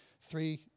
three